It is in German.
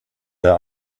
der